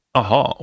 aha